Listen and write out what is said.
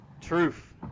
Truth